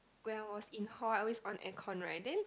when I was in hall I always on aircon right then